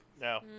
No